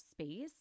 space